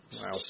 Wow